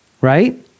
Right